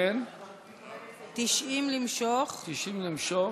89 למשוך, 90 למשוך.